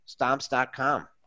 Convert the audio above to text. Stomps.com